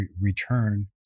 return